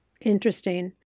Interesting